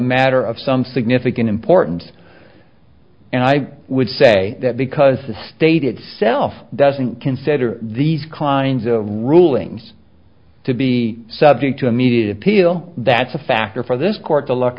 matter of some significant importance and i would say that because the state itself doesn't consider these kinds of rulings to be subject to immediate appeal that's a factor for this court to look